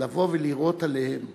לבוא ולירות עליהם,